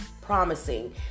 promising